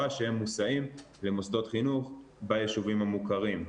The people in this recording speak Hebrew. שהם מוסעים למוסדות חינוך ביישובים המוכרים,